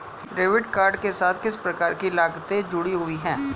Debit card के साथ किस प्रकार की लागतें जुड़ी हुई हैं?